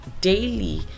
daily